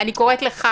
אני קוראת לך